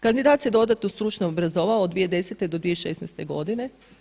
Kandidat se dodatno stručno obrazovao od 2010. do 2016. godine.